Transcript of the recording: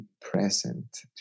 present